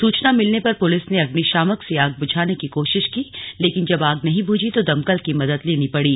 सूचना मिलने पर पुलिस ने अग्निशामक से आग बुझाने की कोशिश की लेकिन जब आग नहीं बुझी तो दमकल की मदद लेनी पड़ी